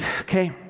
okay